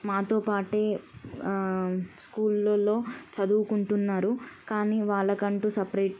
మాతో పాటే స్కూల్లల్లో చదువుకుంటున్నారు కానీ వాళ్ళకంటూ సపరేట్